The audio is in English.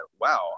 wow